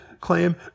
claim